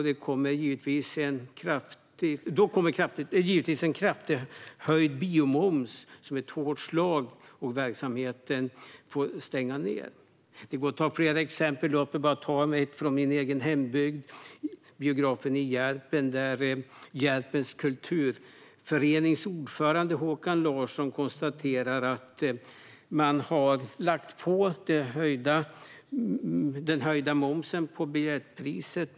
Då kommer givetvis en kraftigt höjd biomoms som ett hårt slag, och verksamheten får stänga. Det går att nämna fler exempel. Låt mig ta ett från min egen hembygd! Det gäller biografen i Järpen. Järpens kulturförenings ordförande, Håkan Nilsson, konstaterar att man har lagt på den höjda momsen på biljettpriset.